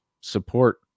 support